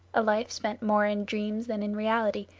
a life spent more in dreams than in reality,